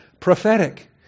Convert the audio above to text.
prophetic